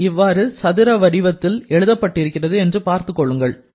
இது எவ்வாறு சதுர வடிவத்தில் எழுதப்பட்டிருக்கிறது என்று பார்த்துக்கொள்ளுங்கள்